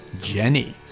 Jenny